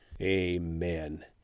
amen